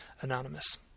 anonymous